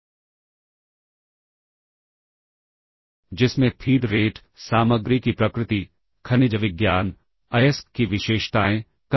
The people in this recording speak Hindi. तो अगर हम इसमें देखें जैसे कि यह स्टैक है और यह मेमोरी लोकेशन है तो स्टैक प्वाइंटर अब इस जगह पर पॉइंट कर रहा है तो जब हम अब पॉप D करेंगे तो इस लोकेशन से कंटेंट सबसे पहले E रजिस्टर पर जाएगा